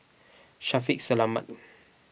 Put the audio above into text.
Shaffiq Selamat